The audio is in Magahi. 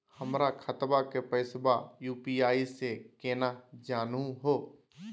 हमर खतवा के पैसवा यू.पी.आई स केना जानहु हो?